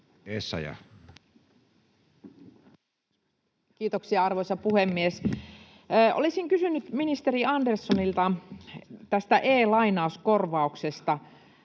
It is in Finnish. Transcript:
Kiitoksia, arvoisa puhemies! Olisin kysynyt ministeri Anderssonilta tästä e‑lainauskorvauksesta,